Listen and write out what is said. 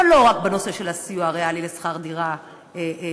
אבל לא רק בנושא הסיוע הריאלי לשכר דירה לזכאים,